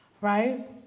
right